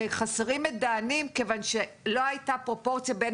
שחסרים מידענים כיוון שלא הייתה פרופורציה בין